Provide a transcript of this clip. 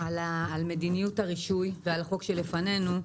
על מדיניות הרישוי ועל החוק שלפנינו.